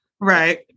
Right